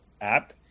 App